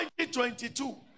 2022